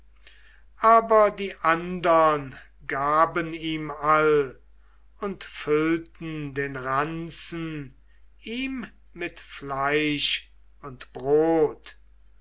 aber die andern gaben ihm all und füllten den ranzen ihm mit fleisch und brot